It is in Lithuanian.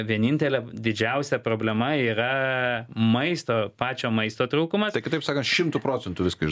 vienintelė didžiausia problema yra maisto pačio maisto trūkumas